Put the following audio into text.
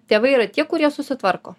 tėvai yra tie kurie susitvarko